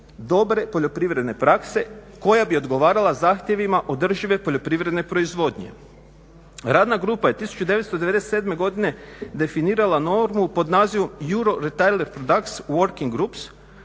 dobre poljoprivredne prakse koja bi odgovarala zahtjevima održive poljoprivredne proizvodnje. Radna grupa je 1997. godine definirala normu pod nazivom Euro-retailer produce working group